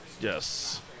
Yes